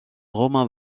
roman